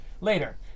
Later